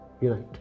unite